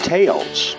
Tales